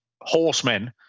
horsemen